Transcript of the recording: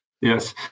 Yes